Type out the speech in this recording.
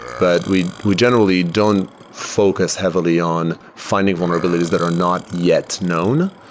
but we we generally don't focus heavily on finding vulnerabilities that are not yet known.